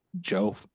Joe